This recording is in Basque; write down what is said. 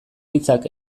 hitzak